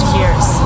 years